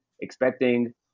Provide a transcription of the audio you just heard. expecting